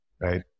right